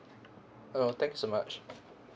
no thank you so much